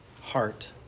heart